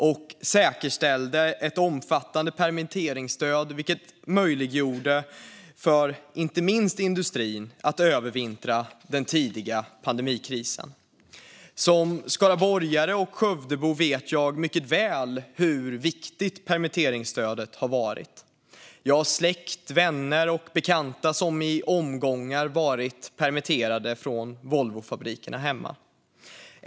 Vi säkerställde ett omfattande permitteringsstöd, vilket möjliggjorde för inte minst industrin att övervintra under den tidiga pandemikrisen. Som skaraborgare och Skövdebo vet jag mycket väl hur viktigt permitteringsstödet har varit. Jag har släkt, vänner och bekanta som i omgångar varit permitterade från Volvofabrikerna där hemma.